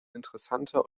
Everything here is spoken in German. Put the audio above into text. interessanter